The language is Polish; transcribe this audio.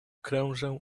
krążę